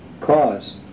cause